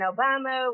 Obama